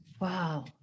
wow